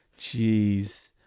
Jeez